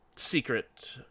secret